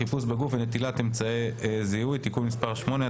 חיפוש בגוף ונטילת אמצעי זיהוי) (תיקון מס' 8),